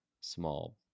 small